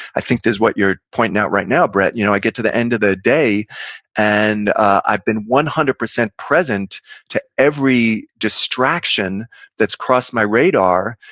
i think this is what you're pointing out right now brett. you know i get to the end of the day and i've been one hundred percent present to every distraction that's crossed my radar.